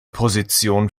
position